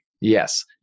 Yes